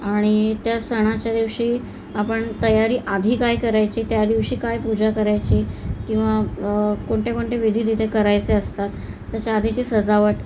आणि त्या सणाच्या दिवशी आपण तयारी आधी काय करायची त्या दिवशी काय पूजा करायची किंवा कोणते कोणते विधी तिथे करायचे असतात त्याच्या आधीची सजावट